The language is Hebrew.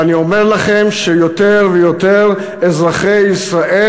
ואני אומר לכם שיותר ויותר אזרחי ישראל